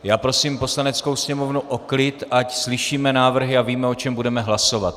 Já prosím Poslaneckou sněmovnu o klid, ať slyšíme návrhy a víme, o čem budeme hlasovat.